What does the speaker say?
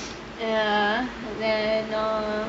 err then err